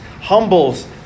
humbles